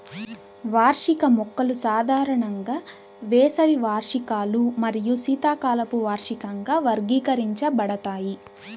వార్షిక మొక్కలు సాధారణంగా వేసవి వార్షికాలు మరియు శీతాకాలపు వార్షికంగా వర్గీకరించబడతాయి